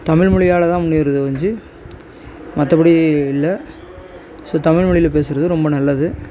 தமிழ்மொழியால் தான் முன்னேறுதே ஒழிஞ்சு மற்றபடி இல்லை ஸோ தமிழ்மொழியில பேசுறது ரொம்ப நல்லது